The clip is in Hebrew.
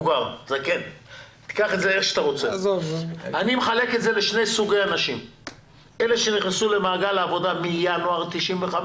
אני מחלק את העובדים לאלה שנכנסו מינואר 1995,